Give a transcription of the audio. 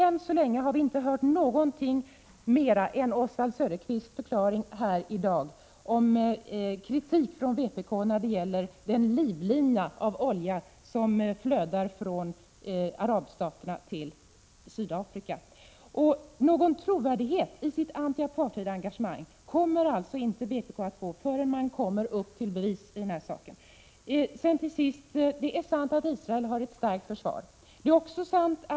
Än så länge har vi inte hört någonting mera än Oswald Söderqvists förklaring här i dag om kritik från vpk när det gäller den livlina av olja som flödar från arabstaterna till Sydafrika. Någon trovärdighet i sitt anti-apartheidsengagemang kommer alltså inte vpk att få förrän vpk står upp till bevis i denna sak. Till sist: Det är sant att Israel har ett starkt försvar. Det är också sant att 103 Prot.